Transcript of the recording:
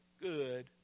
good